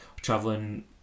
traveling